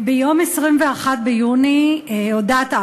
ביום 21 ביוני 2014 הודעת,